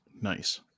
Nice